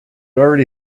already